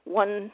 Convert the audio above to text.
one